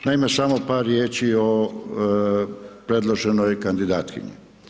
Naime, samo par riječi o predloženoj kandidatkinji.